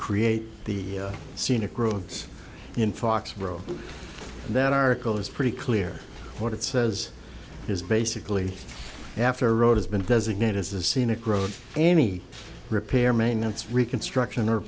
create the scenic roads in foxborough that article is pretty clear what it says is basically after a road has been designated as a scenic road any repair maintenance reconstruction or